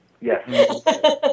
Yes